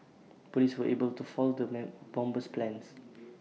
Police were able to foil the bomber's plans